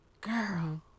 girl